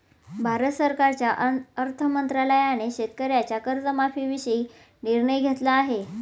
भारत सरकारच्या अर्थ मंत्रालयाने शेतकऱ्यांच्या कर्जमाफीविषयी निर्णय घेतला आहे